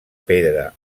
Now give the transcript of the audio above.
pedra